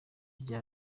rya